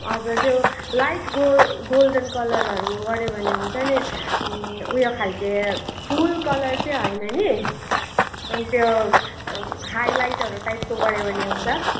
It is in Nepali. हजुर त्यो लाइट गो गोल्डन कलरहरू गऱ्यो भने हुन्छ नि उयो खालको फुल कलर चाहिँ होइन नि अन् त्यो हाइलाइटहरू टाइपको गऱ्यो भने हुन्छ